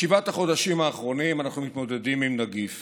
בשבעת החודשים האחרונים אנחנו מתמודדים עם נגיף